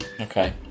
Okay